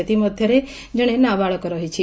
ସେଥିମଧ୍ଧରେ କଣେ ନାବାଳକ ରହିଛି